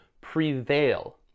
prevail